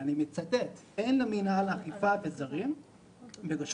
ואני מצטט: אין למינהל אכיפה בזרים ברשות